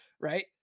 Right